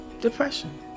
depression